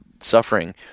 suffering